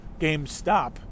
GameStop